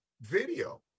video